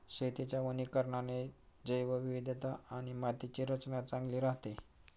शेतीच्या वनीकरणाने जैवविविधता आणि मातीची रचना चांगली राहते